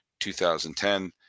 2010